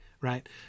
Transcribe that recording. right